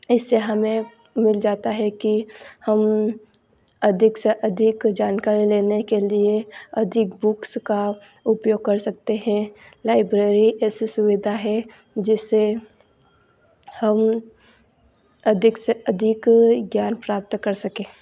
इससे हमें मिल जाता है कि हम अधिक से अधिक जानकारी लेने के लिए अधिक बुक्स का उपयोग कर सकते हैं लाइब्रेरी ऐसी सुविधा है जिससे हम अधिक से अधिक ज्ञान प्राप्त कर सकें